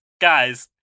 guys